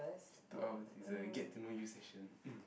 this two hour is a get to know you session mm